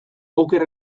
oker